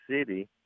City